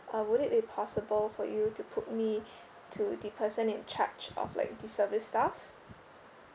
uh would it be possible for you to put me to the person in charge of like the service staff